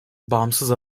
bağımsız